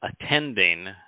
attending